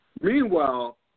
Meanwhile